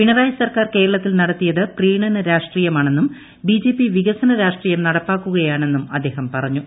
പിണറായി സർക്കാർ കേരളത്തിൽ നടത്തിയത് പ്രീണന രാഷ്ട്രീയമാണെന്നുംബിജെപി വികസന രാഷ്ട്രീയം നടപ്പാക്കുകയെന്നും അദ്ദേഹം പറഞ്ഞു